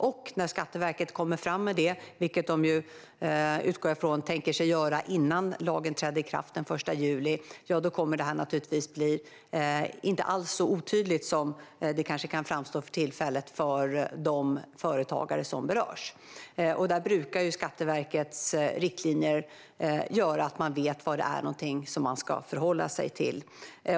Och när Skatteverket kommer fram med det, vilket jag utgår från att de tänker göra innan lagen träder i kraft den 1 juli, kommer det inte alls att vara lika otydligt som det kan framstå för tillfället för de företagare som berörs. Skatteverkets riktlinjer brukar leda till att man vet vad det är man ska förhålla sig till.